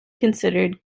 considered